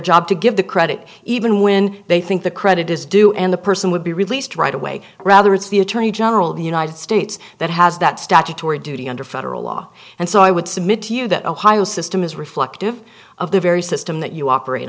job to give the credit even when they think the credit is due and the person would be released right away rather it's the attorney general of the united states that has that statutory duty under federal law and so i would submit to you that ohio system is reflective of the very system that you operate